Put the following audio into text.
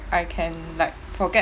I can like forget